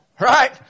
Right